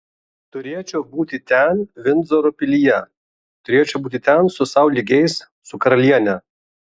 turėčiau būti ten vindzoro pilyje turėčiau būti ten su sau lygiais su karaliene